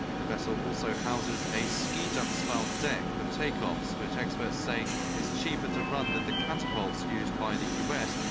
the vessel also houses a ski jump-style deck for take offs, which experts say is cheaper to run than the catapults used by the u s,